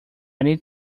need